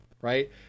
right